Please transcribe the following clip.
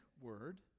word